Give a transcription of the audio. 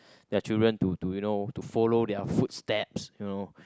their children to to you know to follow their footsteps you know